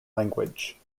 language